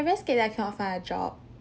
very scared that I cannot find a job